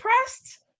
impressed